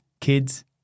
kids